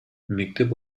мектеп